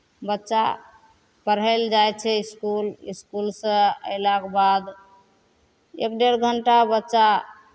बच्चा पढ़य लए जाइ छै इसकुल इसकुलसँ अयलाके बाद एक डेढ़ घण्टा बच्चा